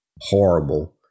horrible